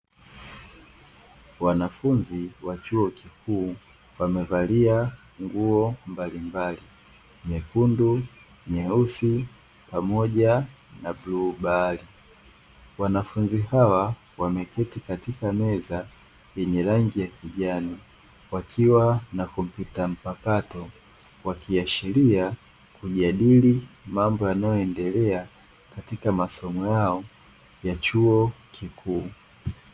Wanafunzi wa chuo kikuu wamevalia nguo mbalimbali nyekundu nyeusi pamoja na bluu bahari, wanafunzi hawa wameketi katika meza yenye rangi ya kijani wakiwa na compyuta mpakato, wakiashiria kujadili mambo yanayoendelea katika masomo yao ya chuo kikuu.